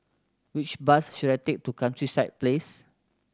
which bus should I take to Countryside Place